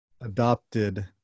adopted